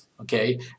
okay